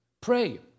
Pray